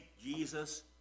Jesus